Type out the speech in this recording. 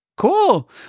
Cool